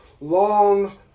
long